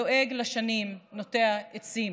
הדואג לשנים נוטע עצים,